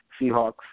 Seahawks